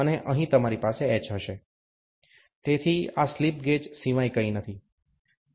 અને અહીં તમારી પાસે એચ હશે તેથી આ સ્લિપ ગેજ સિવાય કંઈ નથી